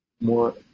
more